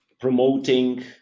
promoting